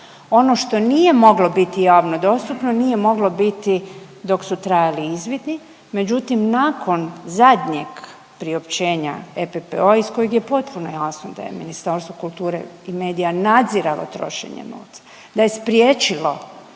Ono što nije moglo biti javno dostupno, nije moglo biti dok su trajali izvidi, međutim nakon zadnjeg priopćenja EPPO-a iz kojeg je potpuno razvidno da je Ministarstvo kulture i medija nadziralo trošenje novca, da je spriječilo